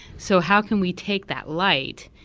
so how can we take that light,